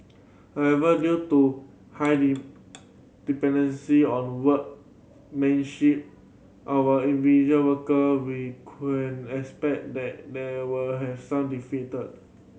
however due to high dependency on workmanship of individual worker we can expect that there will have some defected